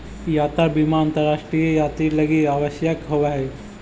यात्रा बीमा अंतरराष्ट्रीय यात्रि लगी आवश्यक होवऽ हई